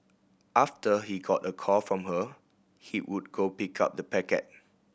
after he got a call from her he would go pick up the packet